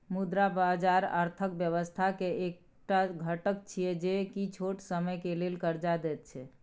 मुद्रा बाजार अर्थक व्यवस्था के एक टा घटक छिये जे की छोट समय के लेल कर्जा देत छै